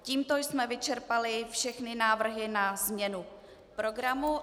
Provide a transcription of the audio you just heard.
Tímto jsme vyčerpali všechny návrhy na změnu programu.